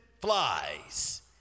flies